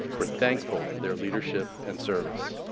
are thank for for their leadership and service.